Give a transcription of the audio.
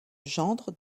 gendre